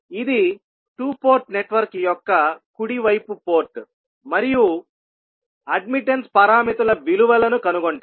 ఇది 2 port network యొక్క కుడి వైపు పోర్ట్ మరియు అడ్మిట్టన్స్ పారామితుల విలువలను కనుగొంటాము